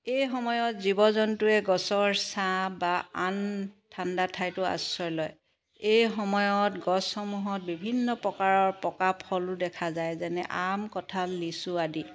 এই সময়ত জীৱ জন্তুৱে গছৰ ছাঁ বা আন ঠাণ্ডা ঠাইতো আশ্ৰয় লয় এই সময়ত গছসমূহত বিভিন্ন প্ৰকাৰৰ পকা ফলো দেখা যায় যেনে আম কঁঠাল লিচু আদি